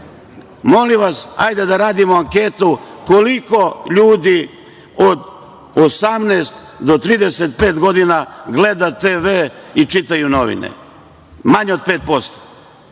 Molim vas, hajde da radimo anketu koliko ljudi od 18 do 35 godina gleda tv i čitaju novine. Manje od pet